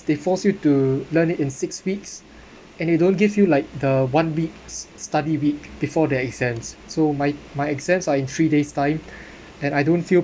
they forced you to learn it in six weeks and they don't give you like the one week's study week before the exams so my my exams are in three days time and I don't feel